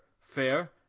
Fair